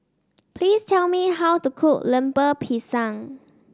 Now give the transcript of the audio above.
please tell me how to cook Lemper Pisang